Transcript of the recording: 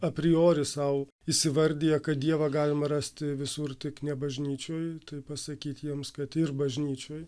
apriori sau įsivardiję kad dievą galima rasti visur tik ne bažnyčioj tai pasakyt jiems kad ir bažnyčioj